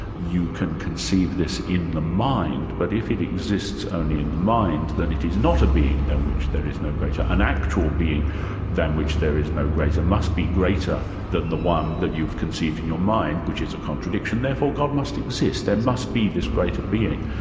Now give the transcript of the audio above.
you can conceive this in the mind, mind, but if it exists only in the mind then it is not a being than which there is no greater. an actual being than which there is no greater must be greater than the one that you've conceived in your mind, which is a contradiction. therefore god must exist, there must be this greater being.